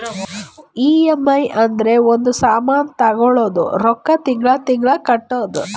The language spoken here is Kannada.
ಇ.ಎಮ್.ಐ ಅಂದುರ್ ಒಂದ್ ಸಾಮಾನ್ ತಗೊಳದು ರೊಕ್ಕಾ ತಿಂಗಳಾ ತಿಂಗಳಾ ಕಟ್ಟದು